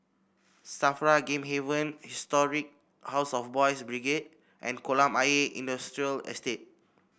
Safra Game Haven Historic House of Boys' Brigade and Kolam Ayer Industrial Estate